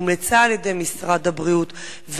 הומלצה על-ידי משרד הבריאות,